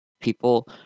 people